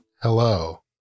Hello